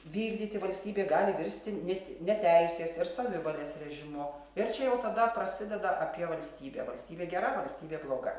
vykdyti valstybė gali virsti ne t neteisės ir savivalės režimu ir čia jau tada prasideda apie valstybę valstybė gera valstybė bloga